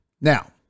now